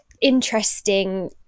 interesting